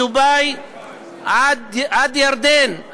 מדובאי עד ירדן,